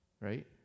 right